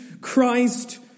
Christ